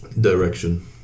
Direction